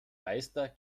meister